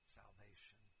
salvation